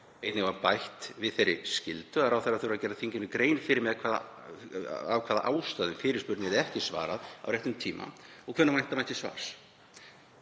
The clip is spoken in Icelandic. Einnig var bætt við þeirri skyldu að ráðherra þyrfti að gera þinginu grein fyrir því af hvaða ástæðum fyrirspurn yrði ekki svarað á réttum tíma og hvenær vænta mætti svars.